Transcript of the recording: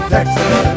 Texas